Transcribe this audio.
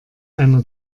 einer